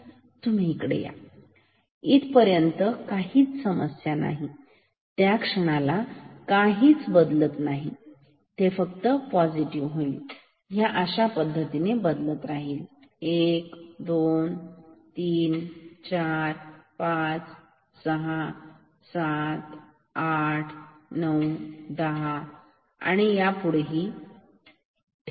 तुम्ही इकडे या इथंपर्यंत काहीच समस्या नाही त्या क्षणाला काही फरक बदल होत नाही ते परत पॉझिटिव्ह होईल आणि अशा पद्धतीने बदलत राहील 1 2 3 4 5 6 7 8 9 10 आणि यापुढेही ठीक आहे